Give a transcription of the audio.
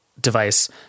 device